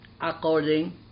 according